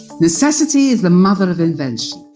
necessity is the mother of invention.